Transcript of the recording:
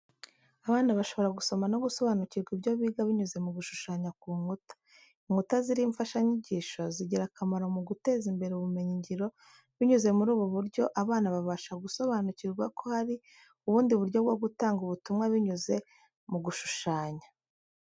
Abana bashobora gusoma no gusobanukirwa ibyo biga binyuze mu gushushanya ku nkuta. Inkuta ziriho imfashanyigisho, zigira akamaro mu guteza imbere ubumenyingiro, binyuze muri ubu buryo abana babasha gusobanukirwa ko hari ubundi buryo bwo gutanga ubutumwa binyuze mu gushushanya.